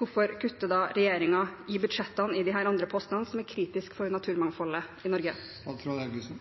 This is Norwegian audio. hvorfor kutter da regjeringen i disse andre postene i budsjettene, noe som er kritisk for